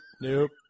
Nope